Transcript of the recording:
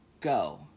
go